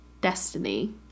destiny